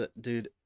Dude